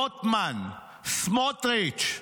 רוטמן, סמוטריץ',